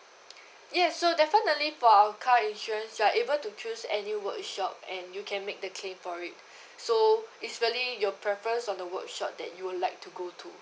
yes so definitely for our car insurance you're able to choose any workshop and you can make the claim for it so it's really your preference on the workshop that you would like to go to